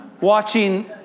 watching